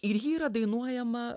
ir ji yra dainuojama